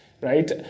right